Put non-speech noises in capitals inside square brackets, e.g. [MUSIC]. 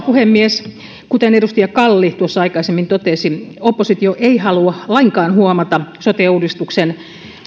[UNINTELLIGIBLE] puhemies kuten edustaja kalli tuossa aikaisemmin totesi oppositio ei halua lainkaan huomata sote uudistuksen